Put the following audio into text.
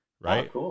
Right